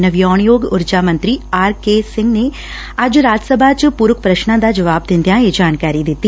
ਨਵਿਆਉਣਯੋਗ ਉਰਜਾ ਮੰਤਰੀ R K Singh ਨੇ ਅੱਜ ਰਾਜ ਸਭਾ ਚ ਪੂਰਕ ਪ੍ਸ਼ਨਾਂ ਦਾ ਜਵਾਬ ਦਿੰਦਿਆਂ ਇਹ ਜਾਣਕਾਰੀ ਦਿੱਤੀ